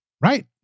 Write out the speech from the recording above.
right